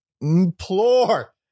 Implore